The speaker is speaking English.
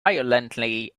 violently